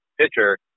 pitcher